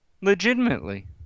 Legitimately